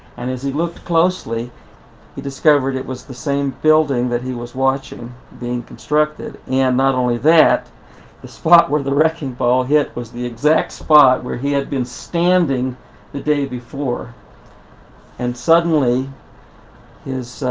and as he looked closely he discovered it was the same building that he was watching being constructed and not only that the spot where the wrecking ball hit was the exact spot where he had been standing the day before and suddenly his